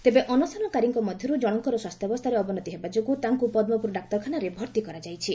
ତେବେ ଅନଶନକାରୀଙ୍ଙ ମଧ୍ଧରୁ ଜଶଙ୍କର ସ୍ୱାସ୍ଥ୍ୟାବସ୍ଥାରେ ଅବନତି ହେବାଯୋଗୁଁ ତାଙ୍କୁ ପଦ୍କପୁର ଡ଼ାକ୍ତରଖାନାରେ ଭର୍ତି କରାଯାଇଛି